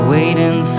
Waiting